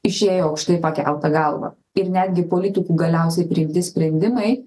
išėjo aukštai pakelta galva ir netgi politikų galiausiai priimti sprendimai